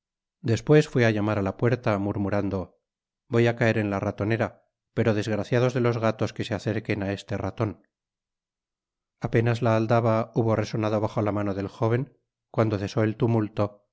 despues fué á llamar á la puerta murmurando voy á caer en la ratonera pero desgraciados de los gatos que se acerquen á este raton apenas la aldaba hubo resonado bajo la mano del jóven cuando cesó